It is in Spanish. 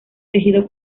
tejido